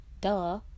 Duh